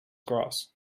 grass